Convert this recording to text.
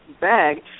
bag